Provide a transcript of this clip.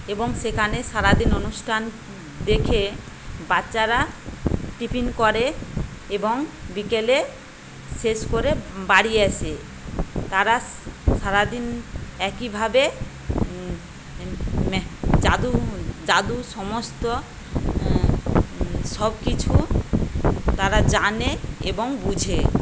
এবং সেখানে সারাদিন অনুষ্ঠান দেখে বাচ্চারা টিফিন করে এবং বিকেলে শেষ করে বাড়ি আসে তারা সারাদিন একই ভাবে জাদু জাদু সমস্ত সব কিছু তারা জানে এবং বোঝে